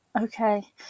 Okay